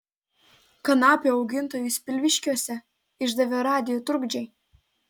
kanapių augintojus pilviškiuose išdavė radijo trukdžiai